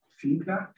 feedback